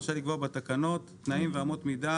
רשאי לקבוע בתקנות תנאים ואמות מידה